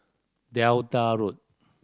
Delta Road